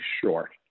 short